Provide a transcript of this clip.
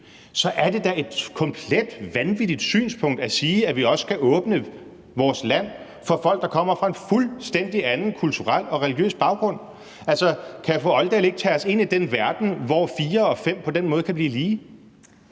så er det da et komplet vanvittigt synspunkt at sige, at vi også skal åbne vores land for folk, der kommer med en fuldstændig anden kulturel og religiøs baggrund. Altså, kan fru Kathrine Olldag ikke tage os ind i den verden, hvor fire og fem på den måde kan blive lige?